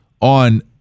on